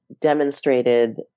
demonstrated